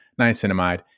niacinamide